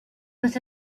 was